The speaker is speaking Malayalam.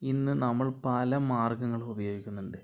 ഇന്ന് നമ്മൾ പല മാർഗ്ഗങ്ങളും ഉപയോഗിക്കുന്നുണ്ട്